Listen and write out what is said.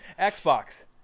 Xbox